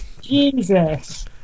Jesus